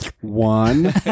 One